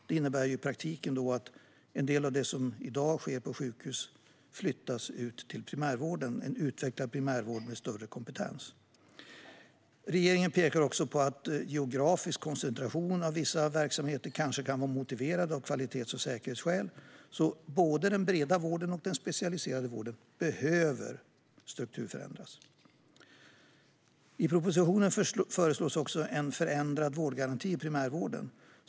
Det innebär i praktiken att en del av det som i dag sker på sjukhus flyttas ut till en utvecklad primärvård med större kompetens. Regeringen pekar också på att geografisk koncentration av vissa verksamheter kanske kan vara motiverad av kvalitets och säkerhetsskäl. Både den breda vården och den specialiserade vården behöver alltså strukturförändras. I propositionen föreslås också en förändrad vårdgaranti i primärvården.